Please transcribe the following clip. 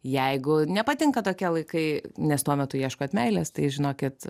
jeigu nepatinka tokie laikai nes tuo metu ieškot meilės tai žinokit